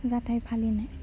जाथाइ फालिनाय